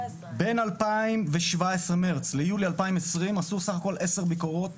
בין מרץ 2017 ליולי 2020 עשו בסך הכול עשר ביקורות